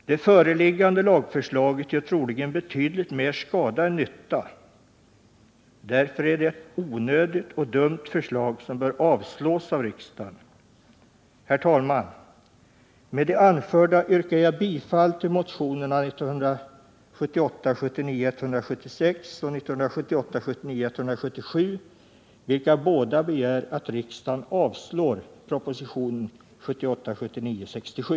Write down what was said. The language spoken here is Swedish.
Det föreliggande lagförslaget gör troligen betydligt mer skada än nytta. Därför är det ett onödigt och dumt förslag, som bör avslås av riksdagen. Herr talman! Med det anförda yrkar jag bifall till motionerna 1978 79:177, i vilka båda begärs att riksdagen avslår propositionen 1978/ 19:67.